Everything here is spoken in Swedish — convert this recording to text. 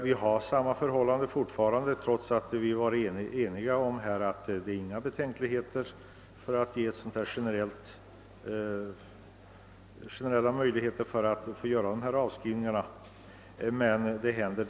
Det råder fortfarande samma förhållande trots att vi är eniga om att det inte finns några betänkligheter mot att lämna generellt tillstånd till dessa avskrivningar.